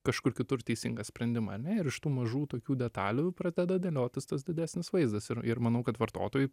kažkur kitur teisingą sprendimą ane ir iš tų mažų tokių detalių pradeda dėliotis tas didesnis vaizdas ir ir manau kad vartotojui